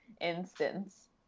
instance